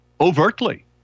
Overtly